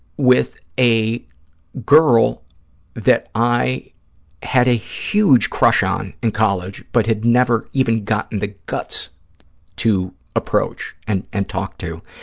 with a girl that i had a huge crush on in college but had never even gotten the guts to approach and and talk to,